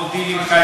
בבקשה,